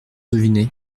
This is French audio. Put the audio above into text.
deviné